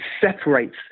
separates